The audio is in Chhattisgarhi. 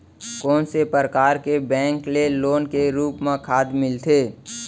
कोन से परकार के बैंक ले लोन के रूप मा खाद मिलथे?